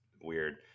weird